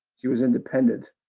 she was independent,